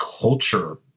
culture